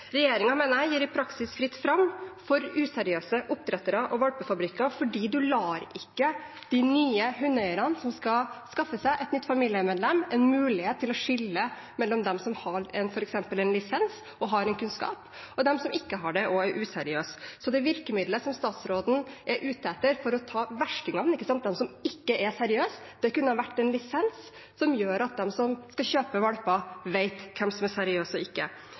mener regjeringen gjør at det i praksis er fritt fram for useriøse oppdrettere og «valpefabrikker», for man gir ikke de nye hundeeierne, som skal skaffe seg et nytt familiemedlem, en mulighet til å skille mellom dem som f.eks. har lisens og kunnskap, og dem som ikke har det og er useriøs. Det virkemidlet statsråden er ute etter for å ta verstingene, de som ikke er seriøse, kunne vært en lisens som gjør at de som skal kjøpe valper, vet hvem som er seriøse og ikke.